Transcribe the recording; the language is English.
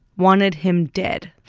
wanted him dead?